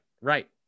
Right